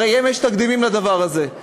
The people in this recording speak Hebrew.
הרי יש תקדימים לדבר הזה.